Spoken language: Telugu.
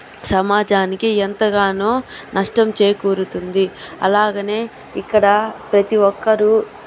సమాజానికి ఎంతగానో నష్టం చేకూరుతుంది అలాగే ఇక్కడ ప్రతి ఒక్కరూ